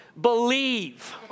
Believe